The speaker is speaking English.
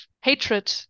hatred